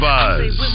Buzz